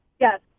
Yes